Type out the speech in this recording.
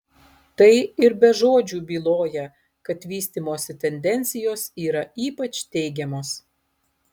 tai ir be žodžių byloja kad vystymosi tendencijos yra ypač teigiamos